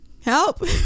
help